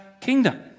kingdom